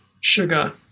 sugar